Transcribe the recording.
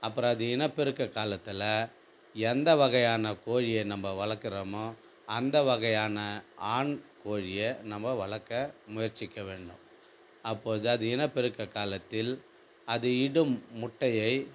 அப்புறம் அது இனப்பெருக்க காலத்தில் எந்த வகையான கோழியை நம்ம வளர்க்குறோமோ அந்த வகையான ஆண் கோழியை நம்ம வளர்க்க முயற்சிக்க வேண்டும் அப்போது தான் அது இனப்பெருக்க காலத்தில் அது இடும் முட்டையை